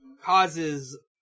causes